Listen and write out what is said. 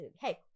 hey